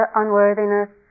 unworthiness